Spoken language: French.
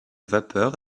vapeur